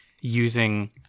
using